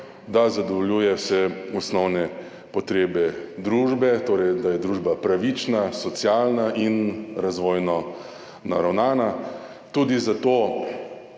da zadovoljuje vse osnovne potrebe družbe, torej da je družba pravična, socialna in razvojno naravnana. Tudi zato,